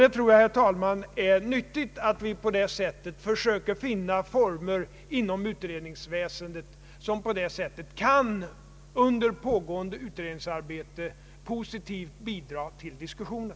Jag tror, herr talman, att det är nyttigt att vi på det sättet söker finna former inom utredningsväsendet som under pågående utredningsarbete positivt kan bidra till diskussionen.